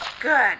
Good